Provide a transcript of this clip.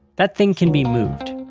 that thing can be moved.